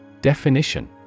Definition